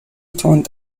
تند